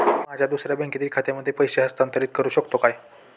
माझ्या दुसऱ्या बँकेतील खात्यामध्ये पैसे हस्तांतरित करू शकतो का?